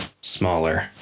smaller